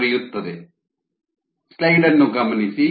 5 50 - 6